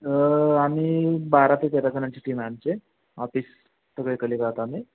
आम्ही बारा ते तेरा जणांची टीम आहे आमचे ऑफिस सगळे कलिग आहेत आम्ही